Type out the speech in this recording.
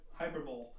Hyperbole